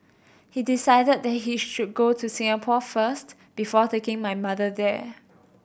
he decided that he should go to Singapore first before taking my mother there